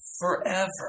forever